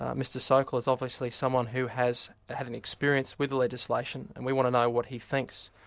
ah mr sokal's obviously someone who has had an experience with the legislation and we want to know what he thinks.